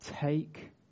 take